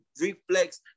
reflex